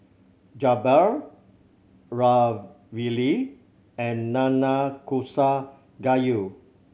Jokbal Ravioli and Nanakusa Gayu